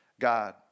God